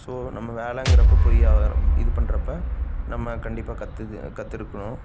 so நம்ம வேலைங்குறப்ப போய் இது பண்றப்போ நம்ம கண்டிப்பாக கத்து கற்றுருக்கணும்